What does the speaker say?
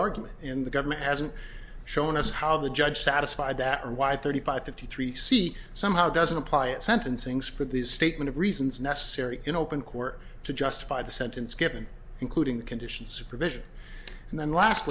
argument in the government hasn't shown us how the judge satisfied that or why thirty five fifty three c somehow doesn't apply and sentencings for the statement of reasons necessary in open court to justify the sentence given including the conditions supervision and then last